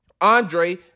Andre